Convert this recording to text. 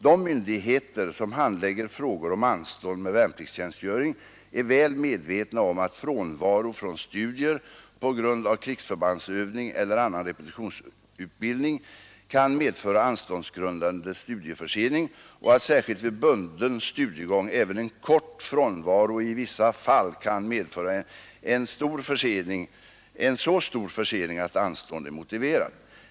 De myndigheter som handlägger frågor om anstånd med värnpliktstjänstgöring är väl medvetna om att frånvaro från studier på grund av krigsförbandsövning eller annan repetitionsutbildning kan medföra anståndsgrundande studieförsening och att särskilt vid bunden studiegång även en kort frånvaro i vissa fall kan medföra en så stor försening att anstånd är motiverat.